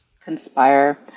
conspire